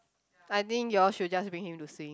I think you all should just bring him to swim